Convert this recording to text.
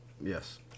Yes